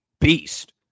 beast